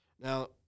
Now